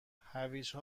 هویج